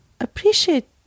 appreciate